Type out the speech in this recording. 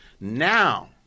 now